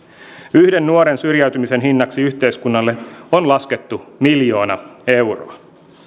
yhden nuoren syrjäytymisen hinnaksi yhteiskunnalle on laskettu miljoona euroa